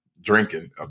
drinking